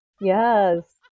Yes